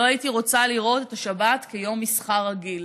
לא הייתי רוצה לראות את השבת כיום מסחר רגיל.